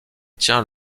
tient